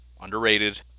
underrated